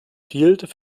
field